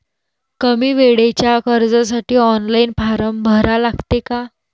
कमी वेळेच्या कर्जासाठी ऑनलाईन फारम भरा लागते का?